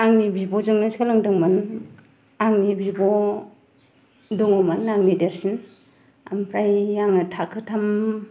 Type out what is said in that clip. आंनि बिब'जोंनो सोलोंदोंमोन आंनि बिब' दङ'मोन आंनि देरसिन ओमफ्राय आङो थाखो थाम